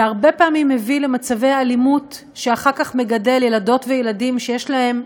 שהרבה פעמים מביא למצבי אלימות שאחר כך מגדלים ילדות וילדים שיש להם,